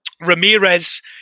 Ramirez